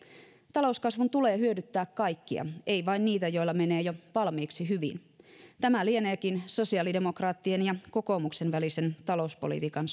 talouskasvun tulee hyödyttää kaikkia ei vain niitä joilla menee jo valmiiksi hyvin tämä lieneekin sosiaalidemokraattien ja kokoomuksen välisen talouspolitiikan